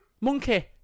Monkey